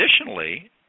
Additionally